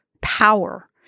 power